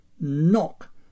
knock